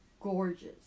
gorgeous